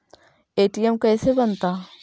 ATM कैसे बनता?